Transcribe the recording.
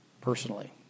personally